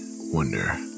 wonder